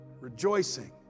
rejoicing